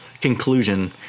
Conclusion